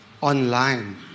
online